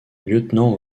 lieutenant